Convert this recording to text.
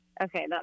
Okay